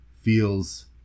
feels